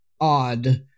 odd